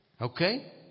Okay